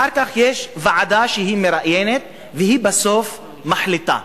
אחר כך יש ועדה שמראיינת, והיא בסוף מחליטה.